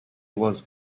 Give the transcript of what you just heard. was